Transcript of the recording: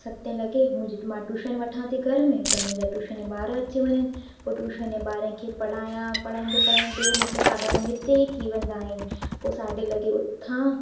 सतें लॻे मुहिंजी मां टूशन वठां थी घर में त मुंहिंजा टूशन जा ॿारु अची वञनि पोइ टूशन जे ॿारनि खे पढ़ायां पढ़ाईंदे पढ़ाईंदे मांखे साढा नव हिते ई थी वेंदा आहिनि पोइ साढे लॻे उथां